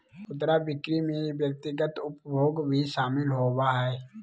खुदरा बिक्री में व्यक्तिगत उपभोग भी शामिल होबा हइ